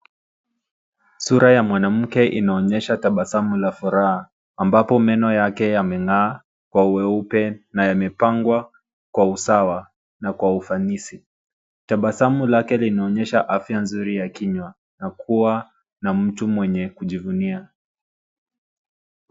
Sura ya mwanamke inaonyesha tabasamu la furaha ambapo meno yake yameng'aa kwa uweupe na yamepangwa kwa usawa na kwa ufanisi. Tabasamu lake linaonyesha afya nzuri ya kinywa na kuwa ni mtu mwenye kujivunia.